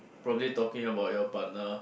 probably talking about your partner